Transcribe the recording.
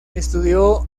estudió